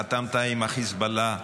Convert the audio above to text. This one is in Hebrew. חתמת עם החיזבאללה,